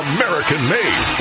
American-made